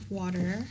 water